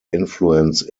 influence